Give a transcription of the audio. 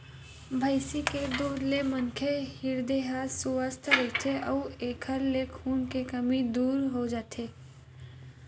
भइसी के दूद ले मनखे के हिरदे ह सुवस्थ रहिथे अउ एखर ले खून के कमी ह दूर होथे